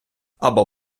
або